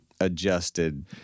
adjusted